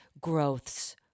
growths